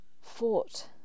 fought